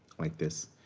like this.